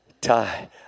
tie